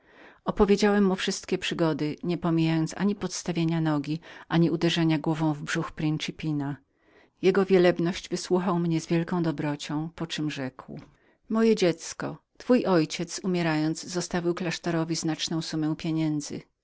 opowiedziałem mu wszystkie przygody nie przemijając ani podstawienia nogi ani uderzenia głową w brzuch principina jego przewielebność wysłuchała mnie z wielką dobrocią po czem rzekła moje dziecko twój ojciec umierając zostawił klasztorowi znaczną summę pieniędzy